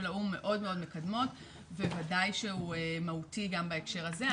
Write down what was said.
האו"ם מאוד מאוד מקדמות וודאי שהוא מהותי גם בהקשר הזה.